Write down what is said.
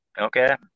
Okay